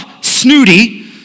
snooty